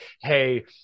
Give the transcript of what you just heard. hey